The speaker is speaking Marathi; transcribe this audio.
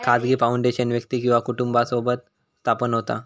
खाजगी फाउंडेशन व्यक्ती किंवा कुटुंबासोबत स्थापन होता